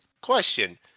question